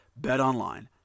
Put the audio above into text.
BetOnline